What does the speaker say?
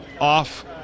off